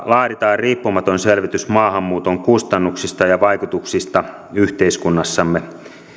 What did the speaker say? laaditaan riippumaton selvitys maahanmuuton kustannuksista ja vaikutuksista yhteiskunnassamme